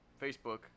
Facebook